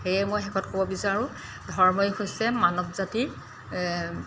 সেয়ে মই শেষত ক'ব বিচাৰোঁ ধৰ্মই হৈছে মানৱ জাতিৰ